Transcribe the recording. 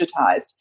digitized